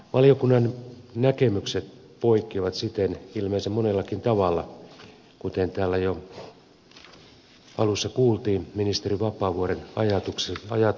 valiokunnan näkemykset poikkeavat siten ilmeisen monellakin tavalla kuten täällä jo alussa kuultiin ministeri vapaavuoren ajatuksista